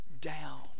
down